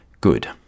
Good